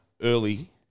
early